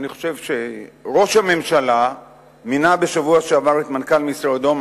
ראש הממשלה מינה בשבוע שעבר את מנכ"ל משרדו,